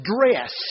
dress